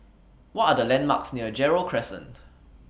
What Are The landmarks near Gerald Crescent